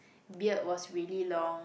beard was really long